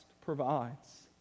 provides